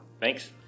Thanks